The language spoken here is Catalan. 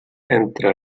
entre